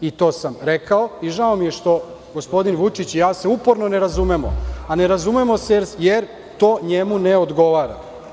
I to sam rekao i žao mi je što se gospodin Vučić i ja uporno ne razumemo, a ne razumemo se jer to njemu ne odgovara.